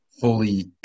fully